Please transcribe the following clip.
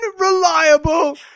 unreliable